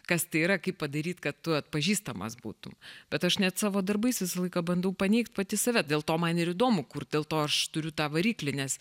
kas tai yra kaip padaryt kad tu atpažįstamas būtum bet aš net savo darbais visą laiką bandau paneigt pati save dėl to man ir įdomu dėl to kurt aš turiu tą variklį nes